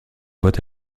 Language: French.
vote